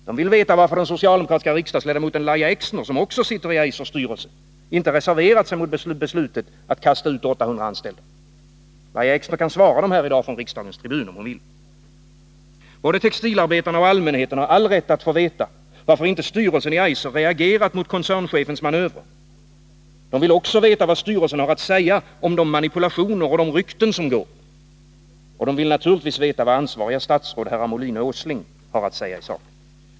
De vill veta varför den socialdemokratiska riksdagsledamoten Lahja Exner, som också sitter i Eisers styrelse, inte reserverade sig mot beslutet att kasta ut 800 anställda. Lahja Exner kan svara dem här i dag från riksdagens tribun, om hon vill. Både textilarbetarna och allmänheten har all rätt att få veta, varför inte styrelsen i Eiser reagerat mot koncernchefens manövrer. De vill också veta, vad styrelsen har att säga om de manipulationer som sker och de rykten som går. Och de vill naturligtvis veta, vad ansvariga statsråd, herrar Molin och Åsling, har att säga i saken.